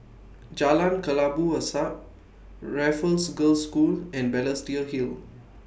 Jalan Kelabu Asap Raffles Girls' School and Balestier Hill